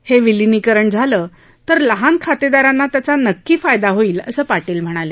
हे विलिनीकरण झालं तर लहान खातेदारांना त्याचा नक्की फायदा होईल असं पाटील म्हणाले